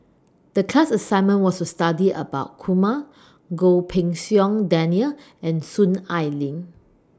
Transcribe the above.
The class assignment was to study about Kumar Goh Pei Siong Daniel and Soon Ai Ling